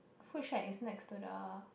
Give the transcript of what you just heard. food shack is next to the